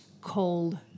cold